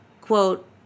quote